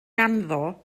ganddo